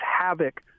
havoc